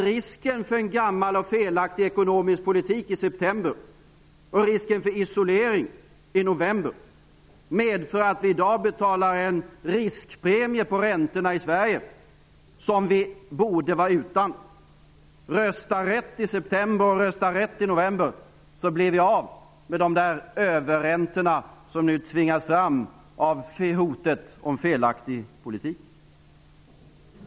Risken för en gammal och felaktig ekonomisk politik i september och risken för isolering i november medför att vi i dag i Sverige betalar en riskpremie på räntorna, en riskpremie som vi borde vara utan. Rösta rätt i september, och rösta rätt i november, så blir vi av med de överräntor som nu tvingas fram av hotet om en felaktig politik!